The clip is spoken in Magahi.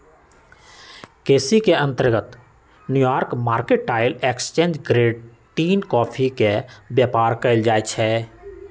केसी के अंतर्गत न्यूयार्क मार्केटाइल एक्सचेंज ग्रेड तीन कॉफी के व्यापार कएल जाइ छइ